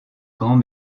grands